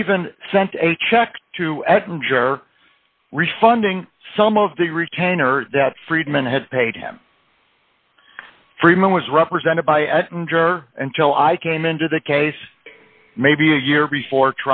even sent a check to refunding some of the retainer that friedman had paid him freeman was represented by and so i came into the case maybe a year before